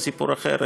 זה סיפור אחר,